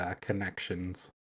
connections